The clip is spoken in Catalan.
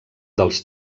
dels